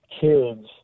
kids